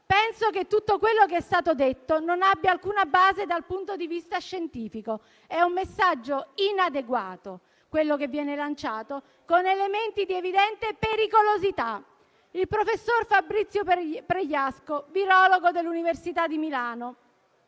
«Penso che tutto quello che è stato detto non abbia alcuna base dal punto di vista scientifico: è un messaggio inadeguato, quello che viene lanciato, con elementi di evidente pericolosità». Il professor Fabrizio Pregliasco, virologo dell'università di Milano,